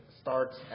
starts